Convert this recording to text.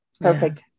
Perfect